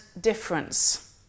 difference